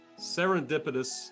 serendipitous